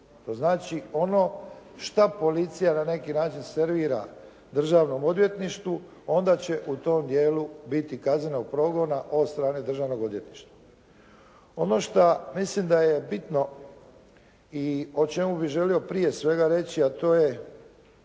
To znači ono šta policija na neki način servira Državnom odvjetništvu onda će u tom dijelu biti kaznenog progona od strane Državnog odvjetništva. Ono šta mislim da je bitno i o čemu bi želio prije svega reći a to je